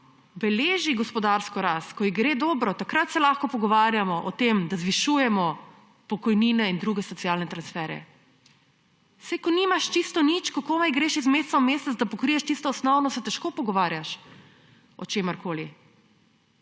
beleži gospodarsko rast, ko ji gre dobro, takrat se lahko pogovarjamo o tem, da zvišujemo pokojnine in druge socialne transfere. Saj ko nimaš čisto nič, kako naj greš iz meseca v mesec, da pokriješ tisto osnovno, se težko pogovarjaš o čemerkoli.